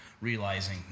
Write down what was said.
realizing